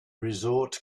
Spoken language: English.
resort